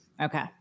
okay